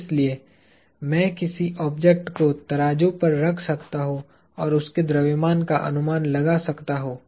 इसलिए मैं किसी ऑब्जेक्ट को तराजू पर रख सकता हूँ और उसके द्रव्यमान का अनुमान लगा सकता हूँ